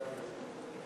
אדוני,